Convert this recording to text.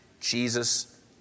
Jesus